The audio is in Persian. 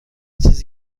چیزی